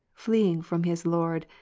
fleeing from his lord,